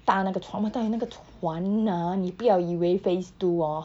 搭那个船我们搭的那个船啊你不要以为 phase two hor